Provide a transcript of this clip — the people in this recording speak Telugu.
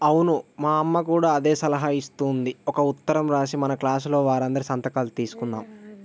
అవును మా అమ్మ కూడా అదే సలహా ఇస్తూంది ఒక ఉత్తరం రాసి మన క్లాస్లో వారందరి సంతకాలు తీస్కుందాం